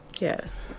Yes